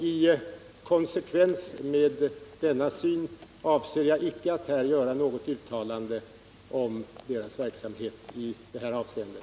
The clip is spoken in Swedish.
I konsekvens med denna syn avser jag icke att här göra något uttalande om Tobaksbolagets verksamhet i det här avseendet.